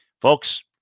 Folks